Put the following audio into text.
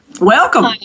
Welcome